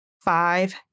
Five